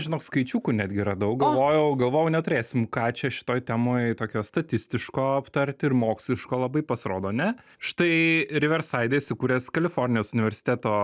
žinok skaičiukų netgi radau galvojau galvojau neturėsim ką čia šitoj temoj tokio statistiško aptarti ir moksliško labai pasirodo ne štai riversaide įsikūręs kalifornijos universiteto